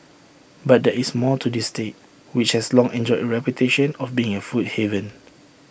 but there is more to this state which has long enjoyed A reputation of being A food haven